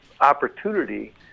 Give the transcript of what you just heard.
opportunity